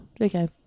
Okay